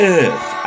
earth